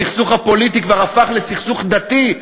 הסכסוך הפוליטי כבר הפך לסכסוך דתי.